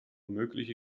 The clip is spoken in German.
mögliche